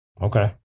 Okay